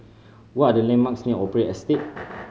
what are the landmarks near Opera Estate